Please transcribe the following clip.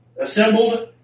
assembled